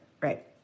right